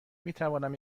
میتوانم